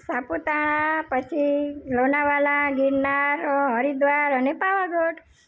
સાપુતારા પછી લોનાવાલા ગીરનાર હરિદ્વાર પાવાગઢ